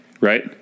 right